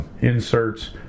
inserts